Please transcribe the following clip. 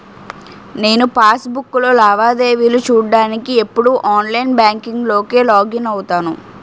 నేను పాస్ బుక్కులో లావాదేవీలు చూడ్డానికి ఎప్పుడూ ఆన్లైన్ బాంకింక్ లోకే లాగిన్ అవుతాను